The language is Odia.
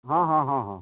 ହଁ ହଁ ହଁ ହଁ